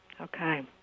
okay